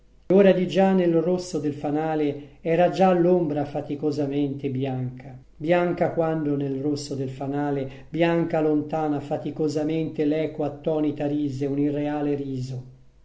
ora di già nel rosso del fanale era già l'ombra faticosamente bianca bianca quando nel rosso del fanale bianca lontana faticosamente l'eco attonita rise un irreale riso